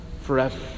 forever